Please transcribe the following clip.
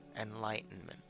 enlightenment